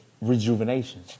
rejuvenation